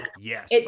Yes